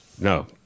No